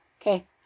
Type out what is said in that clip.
Okay